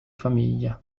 famiglia